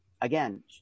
again